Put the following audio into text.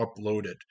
uploaded